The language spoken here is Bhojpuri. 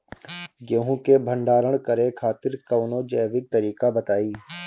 गेहूँ क भंडारण करे खातिर कवनो जैविक तरीका बताईं?